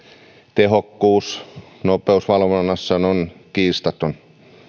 tehokkuus nopeusvalvonnassa on kiistaton myös